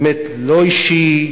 באמת לא אישי,